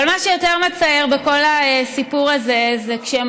אבל מה שיותר מצער בכל הסיפור הזה זה שכשהם